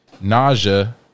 nausea